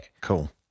cool